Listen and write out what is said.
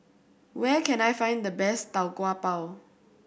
where can I find the best Tau Kwa Pau